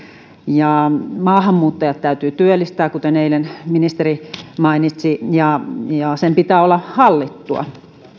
ja maahanmuuttajat täytyy työllistää kuten eilen ministeri mainitsi ja sen pitää olla hallittua